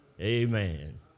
Amen